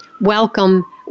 Welcome